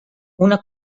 una